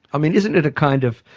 i mean, isn't it a kind of,